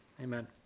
Amen